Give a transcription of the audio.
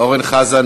אורן חזן,